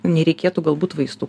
nereikėtų galbūt vaistų